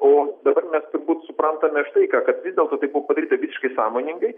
o dabar mes turbūt suprantame štai ką kad vis dėl to tai buvo padaryta visiškai sąmoningai